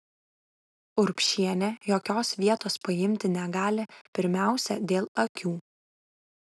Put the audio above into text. urbšienė jokios vietos paimti negali pirmiausia dėl akių